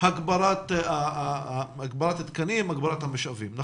הגברת תקנים ומשאבים: